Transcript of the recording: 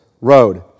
road